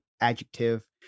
adjective